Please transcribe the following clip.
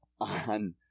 on